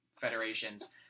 federations